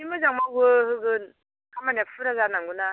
एसे मोजां मावो होगोन खामानिया फुरा जानांगौ ना